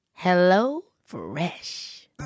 HelloFresh